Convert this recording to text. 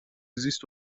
زیست